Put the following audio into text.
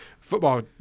football